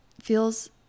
feels